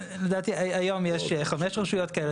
לדעתי היום יש חמש רשויות כאלה,